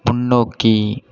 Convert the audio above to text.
முன்னோக்கி